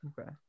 Okay